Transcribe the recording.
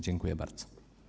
Dziękuję bardzo.